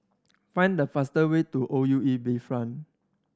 find the fastest way to O U E Bayfront